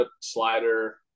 slider